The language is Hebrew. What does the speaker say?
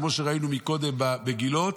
כמו שראינו מקודם במגילות,